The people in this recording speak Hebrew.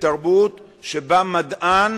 בתרבות שבה המדען